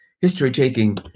History-taking